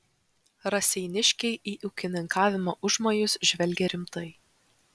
raseiniškiai į ūkininkavimo užmojus žvelgė rimtai